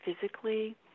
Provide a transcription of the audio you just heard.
physically